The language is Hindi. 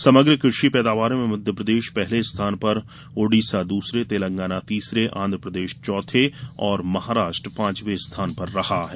समग्र कृषि पैदावार में मध्यप्रदेश पहले स्थान पर उड़ीसा दूसरे तेलंगाना तीसरे आंधप्रदेश चौथे और महाराष्ट्र पाँचवें स्थान पर रहा है